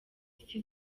isi